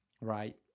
right